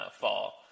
fall